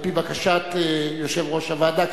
על-פי בקשת יושב-ראש הוועדה,